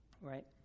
right